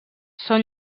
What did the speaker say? són